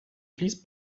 fleece